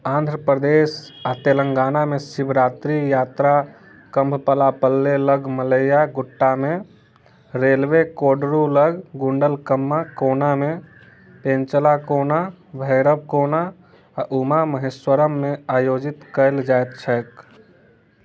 आन्ध्र प्रदेश आओर तेलङ्गानामे शिवरात्रि यात्रा कम्भलापल्ले लग मल्लैया गुट्टामे रेलवे कोडरू लग गुण्डलकम्मा कोनामे पेँचलाकोना भैरवकोना आओर उमा महेश्वरममे आयोजित कएल जाइत छै